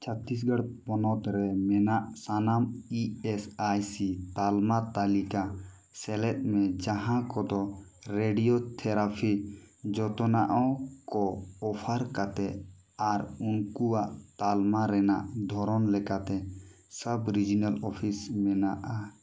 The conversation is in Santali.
ᱪᱷᱟᱛᱛᱤᱥᱜᱚᱲ ᱯᱚᱱᱚᱛᱨᱮ ᱢᱮᱱᱟᱜ ᱥᱟᱱᱟᱢ ᱤ ᱮᱥ ᱟᱭ ᱥᱤ ᱛᱟᱞᱢᱟ ᱛᱟᱹᱞᱤᱠᱟ ᱥᱮᱞᱮᱫᱢᱮ ᱡᱟᱦᱟᱸ ᱠᱟᱫᱚ ᱨᱮᱰᱤᱭᱳ ᱛᱷᱮᱨᱟᱯᱤ ᱡᱚᱛᱚᱱᱟᱜ ᱠᱚ ᱚᱯᱷᱟᱨ ᱠᱟᱛᱮ ᱟᱨ ᱩᱱᱠᱩᱣᱟᱜ ᱛᱟᱞᱢᱟ ᱨᱮᱱᱟᱜ ᱫᱷᱚᱨᱚᱱ ᱞᱮᱠᱟᱛᱮ ᱥᱟᱵᱽ ᱨᱤᱡᱤᱱᱟᱞ ᱚᱯᱷᱤᱥ ᱢᱮᱱᱟᱜᱼᱟ